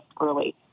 early